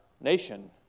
nation